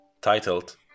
titled